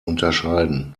unterscheiden